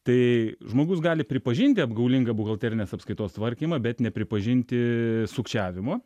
tai žmogus gali pripažinti apgaulingą buhalterinės apskaitos tvarkymą bet nepripažinti sukčiavimo